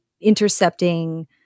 intercepting